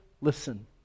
listen